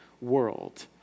world